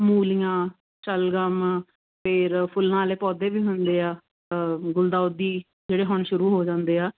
ਮੂਲੀਆਂ ਚਲ ਗਾਵਾਂ ਫਿਰ ਫੁੱਲਾਂ ਵਾਲੇ ਪੌਦੇ ਵੀ ਹੁੰਦੇ ਆ ਗੁਲਦਾਉਦੀ ਜਿਹੜੇ ਹੁਣ ਸ਼ੁਰੂ ਹੋ ਜਾਂਦੇ ਆ